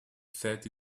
thirty